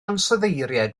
ansoddeiriau